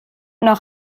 noch